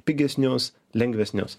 pigesnius lengvesnius